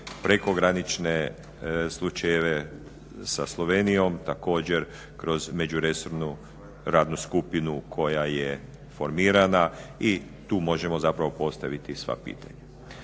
prekogranične slučajeve sa Slovenijom također kroz međuresornu radnu skupinu koja je formirana i tu možemo zapravo postaviti sva pitanja.